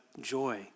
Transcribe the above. joy